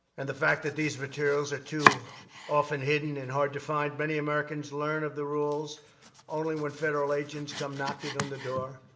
and the fact that these materials are too often hidden and hard to find, many americans learn of the rules only when federal agents come knocking on the door.